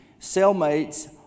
Cellmates